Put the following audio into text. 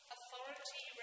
Authority